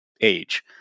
age